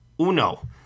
Uno